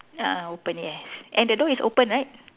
ah open yes and the door is open right